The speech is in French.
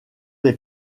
les